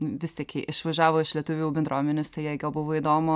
vis tik ji išvažiavo iš lietuvių bendruomenės tai jai gal buvo įdomu